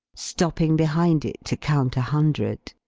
stopping behind it to count a hundred.